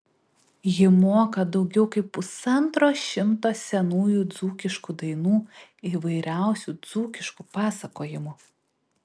ji moka daugiau kaip pusantro šimto senųjų dzūkiškų dainų įvairiausių dzūkiškų pasakojimų